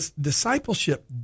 discipleship